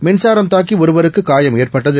மின்சாரம் தாக்கி ஒருவருக்கு காயம் ஏற்பட்டது